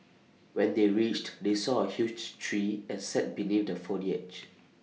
when they reached they saw A huge tree and sat beneath the foliage